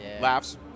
laughs